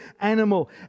animal